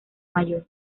mayor